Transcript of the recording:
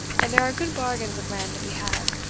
and there are good bargains of land to be had.